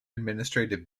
administrative